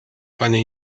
panie